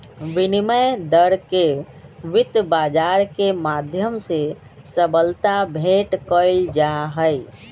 विनिमय दर के वित्त बाजार के माध्यम से सबलता भेंट कइल जाहई